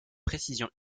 précision